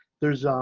there's, um,